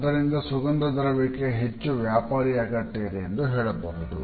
ಆದುದರಿಂದ ಸುಗಂಧ ದ್ರವ್ಯಕ್ಕೆ ಹೆಚ್ಚುವ್ಯಾಪಾರೀ ಅಗತ್ಯ ಇದೆ ಎಂದು ಹೇಳಬಹುದು